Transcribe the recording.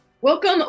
welcome